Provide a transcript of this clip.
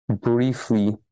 briefly